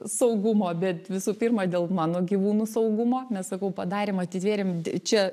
saugumo bet visų pirma dėl mano gyvūnų saugumo nes sakau padarėm atitvėrėm di čia